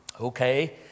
Okay